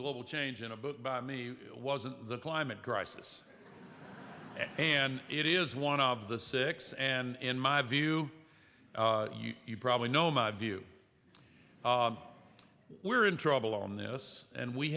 global change in a book by me wasn't the climate crisis and it is one of the six and in my view you probably know my view we're in trouble on this and we